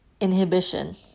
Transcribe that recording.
inhibition